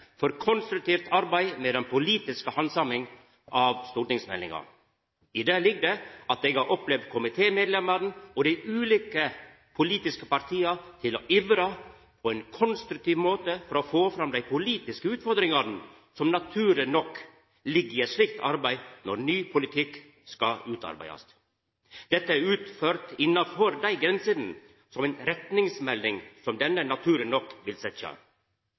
for konstruktivt arbeid med den politiske handsaminga av stortingsmeldinga. I det ligg det at eg har opplevt at komitémedlemene og dei ulike politiske partia har på ein konstruktiv måte ivra etter å få fram dei politiske utfordringane som naturleg nok ligg i eit slikt arbeid når ny politikk skal utarbeidast. Dette er utført innanfor dei grensene som ei retningsmelding som denne naturleg nok vil setja.